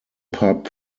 pub